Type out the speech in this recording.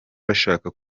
bashaka